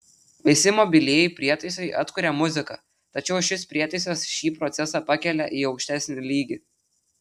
visi mobilieji prietaisai atkuria muziką tačiau šis prietaisas šį procesą pakelia į aukštesnį lygį